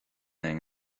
againn